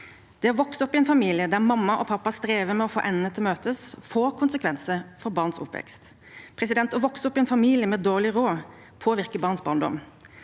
Det å vokse opp i en familie der mamma og pappa strever med å få endene til å møtes, får konsekvenser for barns oppvekst. Å vokse opp i en familie med dårlig råd påvirker barns barndom.